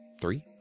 three